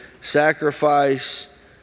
sacrifice